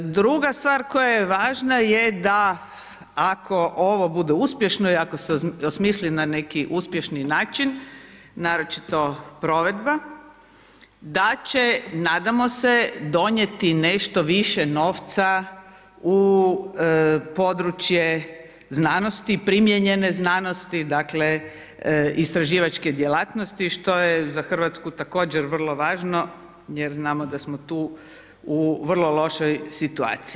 Druga stvar koja je važna je da ako ovo bude uspješno i ako se osmisli na neki uspješni način, naročito provedba da će nadamo se donijeti nešto više novca u područje znanosti, primijenjene znanosti, dakle istraživačke djelatnosti što je za Hrvatsku također vrlo važno jer znamo da smo tu u vrlo lošoj situaciji.